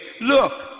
look